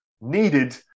needed